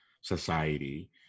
society